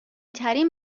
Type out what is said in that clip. ترین